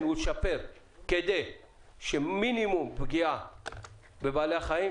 ולשפר כדי שתהיה פגיעה מינימלית בבעלי חיים.